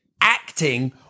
acting